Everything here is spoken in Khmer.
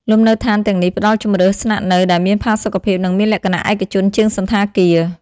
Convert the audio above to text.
លំនៅឋានទាំងនេះផ្តល់ជម្រើសស្នាក់នៅដែលមានផាសុកភាព និងមានលក្ខណៈឯកជនជាងសណ្ឋាគារ។